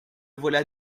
voilà